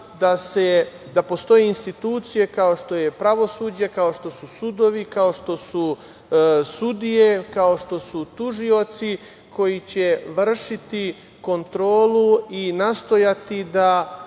da postoje institucije kao što je pravosuđe, kao što su sudovi, kao što su sudije, kao što su tužioci, koji će vršiti kontrolu i nastojati da